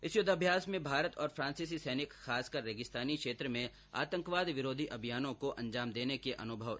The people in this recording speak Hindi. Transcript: इस युद्धाभ्यास में भारत और फ्रांसीसी सैनिक खासकर रेगिस्तानी क्षेत्र में आतंकवाद विरोधी अभियानों को अंजाम देने के अनुभव साझा कर रहे है